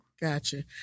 Gotcha